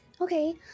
Okay